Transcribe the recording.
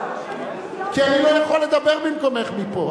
כי אני לא יכול לדבר במקומך מפה.